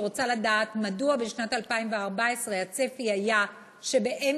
אני רוצה לדעת מדוע בשנת 2014 הצפי היה שבאמצע